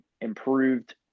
improved